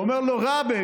הוא אומר: (אומר בערבית